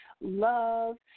love